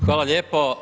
Hvala lijepo.